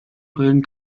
brillen